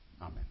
amen